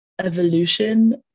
evolution